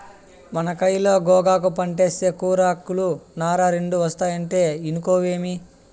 మన కయిలో గోగాకు పంటేస్తే కూరాకులు, నార రెండూ ఒస్తాయంటే ఇనుకోవేమి